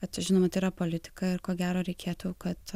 bet žinoma tai yra politika ir ko gero reikėtų kad